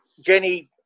Jenny